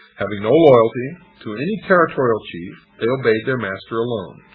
having no loyalty to any territorial chief, they obeyed their master alone,